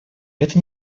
это